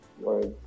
words